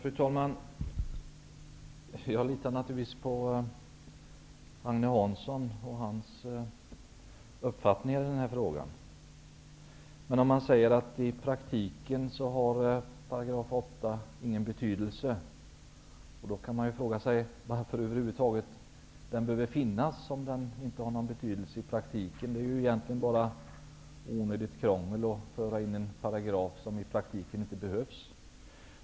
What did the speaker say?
Fru talman! Jag litar naturligtvis på Agne Hansson och hans uppfattning i denna fråga. Men om 8 § i praktiken inte har någon betydelse, kan man fråga sig varför den över huvud taget behöver finnas. Det är ju egentligen bara onödigt krångel att införa en paragraf som i praktiken inte behövs.